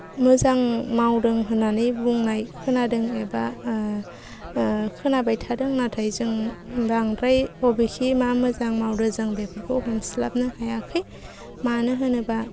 मोजां मावदों होन्नानै बुंनाय खोनादों एबा खोनाबाय थादों नाथाय जों बांद्राय बबेखै मा मोजां मावदों जों बेफोरखौ हमस्लाबनो हायाखै मानो होनोबा